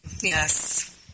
yes